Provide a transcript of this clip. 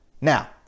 Now